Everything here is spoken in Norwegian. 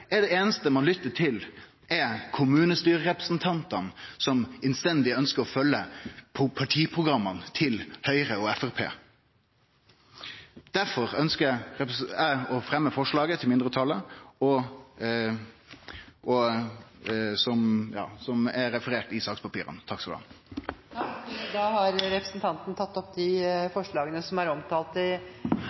er kommunestyrerepresentantane dei einaste ein lyttar til, som innstendig ønskjer å følgje partiprogramma til Høgre og Framstegspartiet? Derfor ønskjer eg å fremme forslaget til mindretalet, som er referert i sakspapira. Da har representanten Fylkesnes tatt opp det forslaget han refererte til. Det er